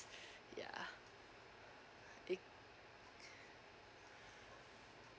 ya